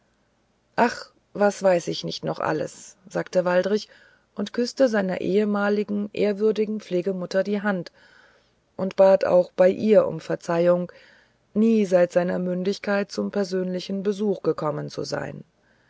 ach was weiß ich nicht noch alles sagte waldrich und küßte seiner ehemaligen ehrwürdigen pflegemutter die hand und bat auch bei ihr um verzeihung nie seit seiner mündigkeit zum persönlichen besuch gekommen zu sein